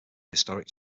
historic